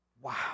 Wow